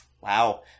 wow